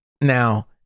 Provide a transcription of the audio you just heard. now